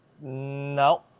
No